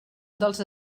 dels